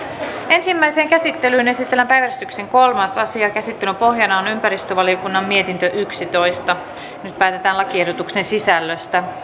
ensimmäiseen käsittelyyn esitellään päiväjärjestyksen kolmas asia käsittelyn pohjana on ympäristövaliokunnan mietintö yksitoista nyt päätetään lakiehdotuksen sisällöstä